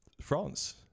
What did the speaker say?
France